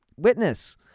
Witness